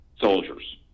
soldiers